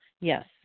Yes